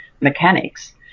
mechanics